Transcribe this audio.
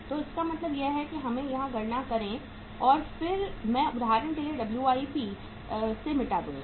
तो इसका मतलब है कि हमें यहां गणना करें और फिर मैं उदाहरण के लिए इसे डब्ल्यूआईपी WIP से मिटा दूंगा